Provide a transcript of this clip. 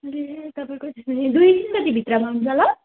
दुई तिन बजीभित्रमा हुन्छ होला